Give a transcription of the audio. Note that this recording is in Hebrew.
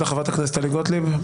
חברת הכנסת טלי גוטליב.